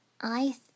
I